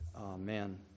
Amen